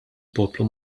poplu